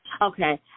Okay